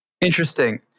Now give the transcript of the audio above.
Interesting